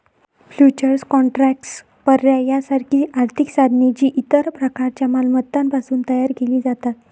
futures contracts, पर्याय यासारखी आर्थिक साधने, जी इतर प्रकारच्या मालमत्तांपासून तयार केली जातात